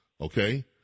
Okay